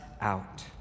out